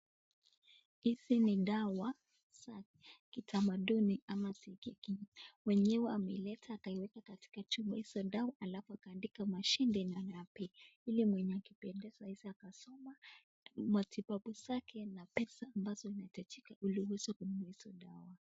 Hizi ni da za kidamaduni ama mwenye amaileta akiweka katika chupa dawa alafu akaandika majina na hili mwenyewe akipendeza aweze akasoma, matibabu zake na pesa ambazo inaitajikana hi utumie hizi dawa.